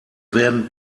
werden